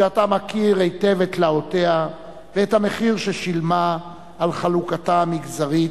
שאתה מכיר היטב את תלאותיה ואת המחיר ששילמה על חלוקתה המגזרית,